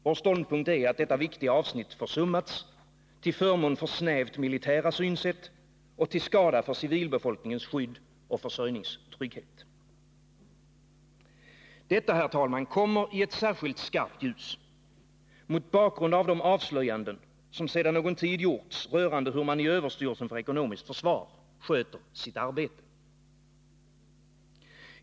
Vår ståndpunkt är att detta viktiga avsnitt försummats — till förmån för snävt militära synsätt och till skada för civilbefolkningens skydd och försörjningstrygghet. Detta, herr talman, kommer i ett särskilt skarpt ljus mot bakgrund av de avslöjanden som sedan någon tid gjorts rörande hur man i överstyrelsen för ekonomiskt försvar sköter sitt arbete.